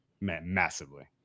massively